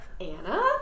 Anna